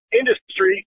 industry